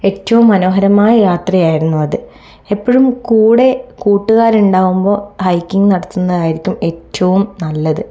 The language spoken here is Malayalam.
ഏറ്റവും മനോഹരമായ യാത്രയായിരുന്നു അത് എപ്പോഴും കൂടെ കൂട്ടുകാരുണ്ടാകുമ്പോൾ ഹൈക്കിങ് നടത്തുന്നതായിരിക്കും ഏറ്റവും നല്ലത്